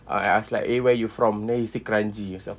I I ask like eh where are you from then he say kranji I was like